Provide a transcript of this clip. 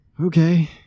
okay